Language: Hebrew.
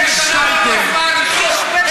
תכבשו את עזה.